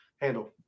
handle